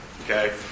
Okay